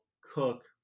cook